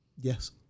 Yes